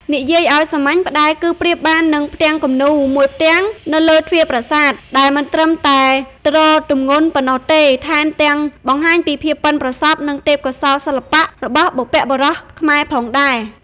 និយាយឱ្យសាមញ្ញ ផ្តែរ គឺប្រៀបបាននឹង "ផ្ទាំងគំនូរ" មួយផ្ទាំងនៅលើទ្វារប្រាសាទ ដែលមិនត្រឹមតែទ្រទម្ងន់ប៉ុណ្ណោះទេ ថែមទាំងបង្ហាញពីភាពប៉ិនប្រសប់ និងទេពកោសល្យសិល្បៈរបស់បុព្វបុរសខ្មែរផងដែរ។